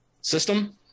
System